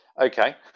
Okay